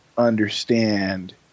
understand